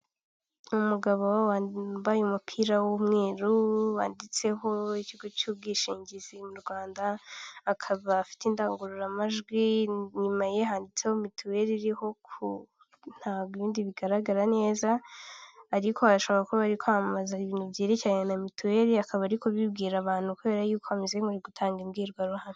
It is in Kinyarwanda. Umugabo wambaye umupira w'umweru wanditseho ikigo cy'ubwishingizi mu Rwanda, akaba afite indangururamajwi nyuma yiditseho mituweli iriho ntabwo ibindi bigaragara neza, ariko bashobora kuba bari kwamamaza ibintu byerekeranye na mituweli akaba ari kubibwira abantu kubera yuko ameze nk'uri gutanga imbwirwaruhame.